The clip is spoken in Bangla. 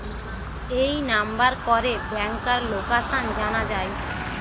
এই নাম্বার করে ব্যাংকার লোকাসান জানা যায়